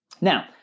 Now